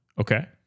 okay